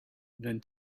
then